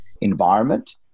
environment